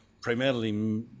primarily